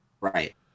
Right